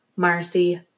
Marcy